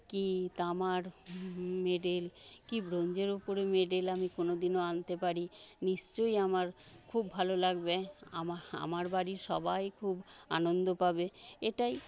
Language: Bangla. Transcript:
কি তামার মেডেল কি ব্রোঞ্জের ওপরে মেডেল আমি কোনোদিনও আনতে পারি নিশ্চয়ই আমার খুব ভালো লাগবে আমা আমার বাড়ির সবাই খুব আনন্দ পাবে এটাই